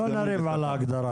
לא נריב על ההגדרה.